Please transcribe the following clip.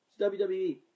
WWE